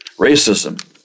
Racism